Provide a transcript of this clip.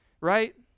right